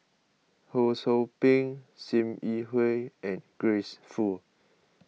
Ho Sou Ping Sim Yi Hui and Grace Fu